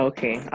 Okay